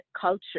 culture